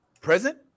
present